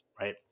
right